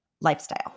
lifestyle